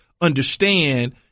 understand